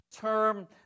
term